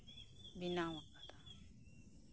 ᱵᱮᱱᱟᱣ ᱟᱠᱟᱫᱟ